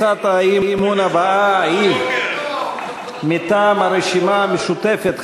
הצעת האי-אמון הבאה היא מטעם הרשימה המשותפת,